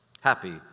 Happy